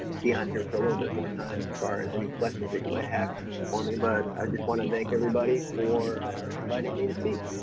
be on here for a little bit more time as far as any questions that you might have for me, but i just want to thank everybody for inviting me to speak.